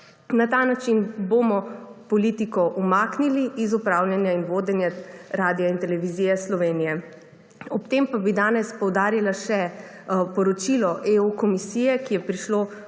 Na ta način bomo politiko umaknili iz upravljanja in vodenja Radiotelevizije Slovenija. Ob tem pa bi danes poudarila še poročilo Evropske komisije, ki je prišlo